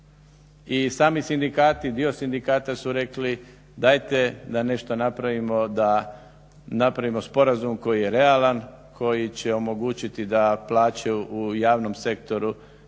I sami sindikati, dio sindikata su rekli dajte da nešto napravimo da napravimo sporazum koji je realan, koji će omogućiti da plaće u javnom sektoru